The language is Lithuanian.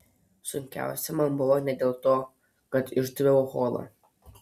sunkiausia man buvo ne dėl to kad išdaviau holą